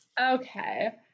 Okay